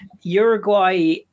Uruguay